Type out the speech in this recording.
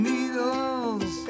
Needles